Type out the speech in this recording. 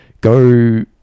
go